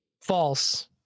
false